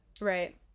Right